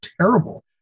terrible